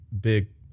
big